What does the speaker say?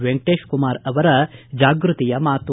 ವೆಂಕಟೇಶ್ ಕುಮಾರ ಅವರ ಜಾಗೃತಿ ಮಾತು